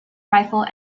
rifle